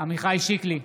עמיחי שיקלי,